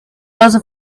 those